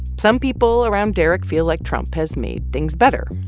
some people around derek feel like trump has made things better,